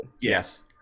Yes